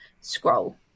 scroll